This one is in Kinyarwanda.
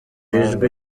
ijwi